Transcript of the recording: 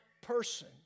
person